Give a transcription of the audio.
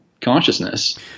consciousness